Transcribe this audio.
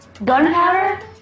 Gunpowder